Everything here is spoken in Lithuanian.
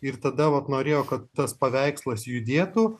ir tada vat norėjo kad tas paveikslas judėtų